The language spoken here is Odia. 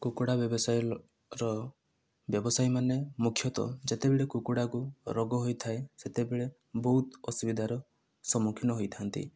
କୁକୁଡ଼ା ବ୍ୟବସାୟ ର ବ୍ୟବସାୟୀ ମାନେ ମୁଖ୍ୟତଃ ଯେତେବେଳେ କୁକୁଡ଼ା ଙ୍କୁ ରୋଗ ହୋଇଥାଏ ସେତେବେଳେ ବହୁତ ଅସୁବିଧାର ସମୁଖୀନ ହୋଇଥାନ୍ତି